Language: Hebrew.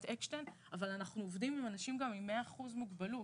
אקשטיין אבל אנחנו עובדים עם אנשים גם עם 100% מוגבלות.